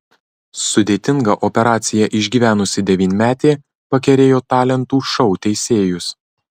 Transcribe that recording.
sudėtingą operaciją išgyvenusi devynmetė pakerėjo talentų šou teisėjus